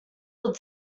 would